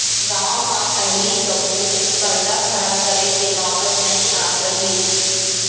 गॉंव म पहिली कभू परदा खड़ा करे के नौबत नइ आत रहिस